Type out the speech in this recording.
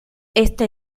esta